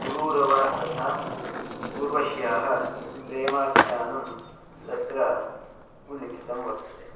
पुरुरवा तथा ऊर्वश्याः प्रेमाख्यानं तत्र उल्लिखितं वर्तते